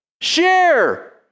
Share